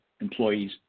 employees